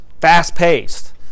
fast-paced